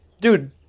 dude